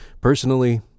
Personally